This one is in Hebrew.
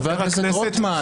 חבר הכנסת רוטמן,